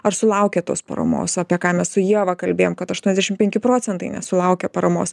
ar sulaukėt tos paramos apie ką mes su ieva kalbėjom kad aštuoniasdešim penki procentai nesulaukia paramos